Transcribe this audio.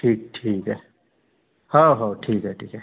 ठीक ठीक आहे हो हो ठीक आहे ठीक आहे